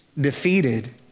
defeated